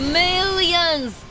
millions